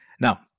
Now